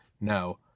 No